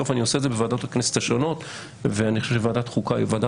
אני עושה את זה בוועדות השונות של הכנסת ואני חושב שוועדת חוקה היא ועדה